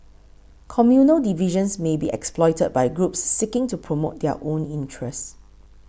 communal divisions may be exploited by groups seeking to promote their own interests